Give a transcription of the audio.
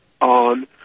on